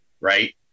right